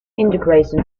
integration